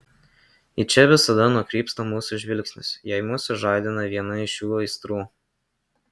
į čia visada nukrypsta mūsų žvilgsnis jei mus sužadina viena iš šių aistrų